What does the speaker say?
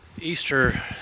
Easter